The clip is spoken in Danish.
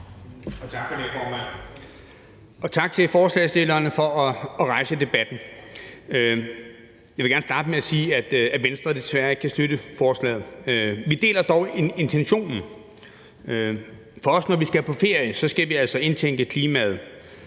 og tak til forslagsstillerne for at rejse debatten. Jeg vil gerne starte med at sige, at Venstre desværre ikke kan støtte forslaget. Vi deler dog intentionen, for også når vi skal på ferie, skal vi altså indtænke klimaet.